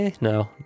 No